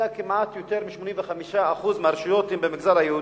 כמעט יותר מ-85% מהרשויות הן במגזר היהודי,